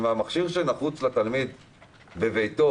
אם המכשיר שנחוץ לתלמיד בביתו